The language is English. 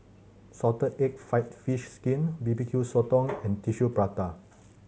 salted egg fried fish skin B B Q Sotong and Tissue Prata